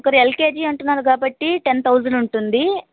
ఒకరు ఎల్కేజీ అంటున్నారు కాబట్టి టెన్ థౌజండ్ ఉంటుంది